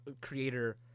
creator